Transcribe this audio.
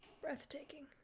Breathtaking